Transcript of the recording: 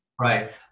Right